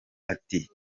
ati